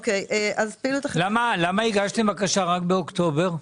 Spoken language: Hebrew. למה הגשתם בקשה רק באוקטובר?